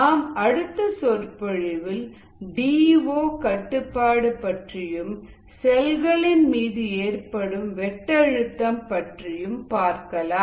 நாம் அடுத்த சொற்பொழிவில் டிஓ கட்டுப்பாடு பற்றியும் செல்களின் மீது ஏற்படும் வெட்டஅழுத்தம் பற்றியும் பார்க்கலாம்